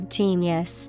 genius